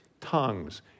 tongues